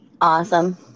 Awesome